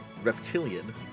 reptilian